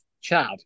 Chad